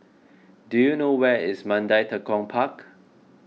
do you know where is Mandai Tekong Park